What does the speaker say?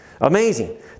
Amazing